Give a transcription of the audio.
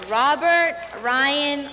robert ryan